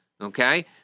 Okay